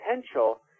potential